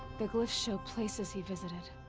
the glyphs show places he visited.